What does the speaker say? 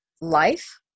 life